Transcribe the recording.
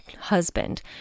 husband